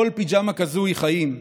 כל פיג'מה כזאת היא חיים.